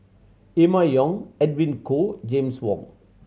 Emma Yong Edwin Koo James Wong